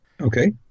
Okay